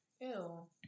Ew